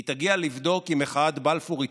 היא תגיע לבדוק אם מחאת בלפור התפרקה.